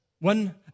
one